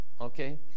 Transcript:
okay